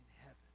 heaven